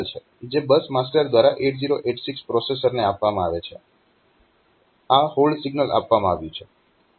જે bus master દ્વારા 8086 પ્રોસેસરને આપવામાં આવે છે આ હોલ્ડ સિગ્નલ આવ્યું છે